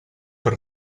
per